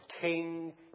King